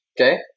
Okay